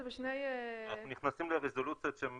זה בשני --- אנחנו נכנסים לרזולוציות שהן